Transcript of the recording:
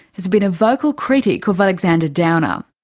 has been a vocal critic of alexander downer.